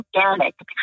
organic